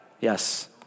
yes